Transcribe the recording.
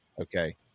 Okay